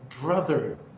Brother